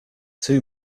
too